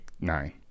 nine